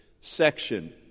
section